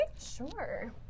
Sure